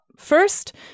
First